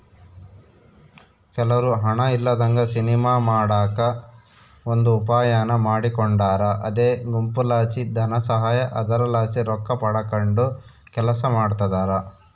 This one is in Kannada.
ಕೆಲವ್ರು ಹಣ ಇಲ್ಲದಂಗ ಸಿನಿಮಾ ಮಾಡಕ ಒಂದು ಉಪಾಯಾನ ಮಾಡಿಕೊಂಡಾರ ಅದೇ ಗುಂಪುಲಾಸಿ ಧನಸಹಾಯ, ಅದರಲಾಸಿ ರೊಕ್ಕಪಡಕಂಡು ಕೆಲಸ ಮಾಡ್ತದರ